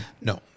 No